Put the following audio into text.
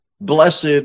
blessed